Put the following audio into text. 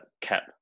cap